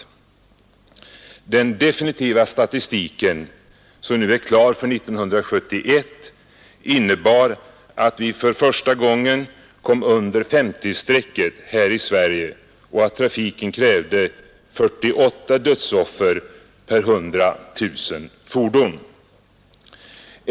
Den definitiva statistiken för 1971, som nu är klar, innebär att vi för första gången kom under S0-strecket här i Sverige och att trafiken krävde 48 dödsoffer per 100 000 fordon.